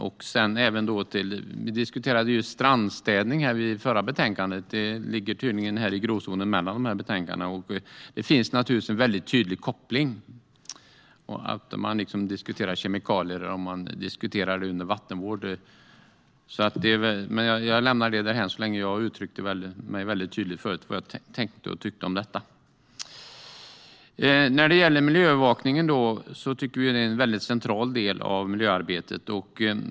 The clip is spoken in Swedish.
Det har vi även till strandstädning, som vi diskuterade i samband med det förra betänkandet. Detta ligger tydligen i gråzonen mellan dessa betänkanden. Det finns naturligtvis en tydlig koppling. Man kan diskutera kemikalier, eller man kan diskutera det under vattenvård. Jag lämnar det därhän så länge. Jag uttryckte väldigt tydligt förut vad jag tänkte och tyckte om detta. Vi tycker att miljöövervakningen är en väldigt central del av miljöarbetet.